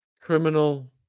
criminal